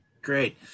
Great